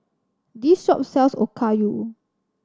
this shop sells Okayu